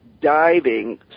diving